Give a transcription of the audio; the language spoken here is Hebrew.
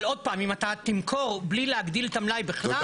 אבל עוד פעם אם אתה תמכור בלי להגדיל את המלאי בכלל,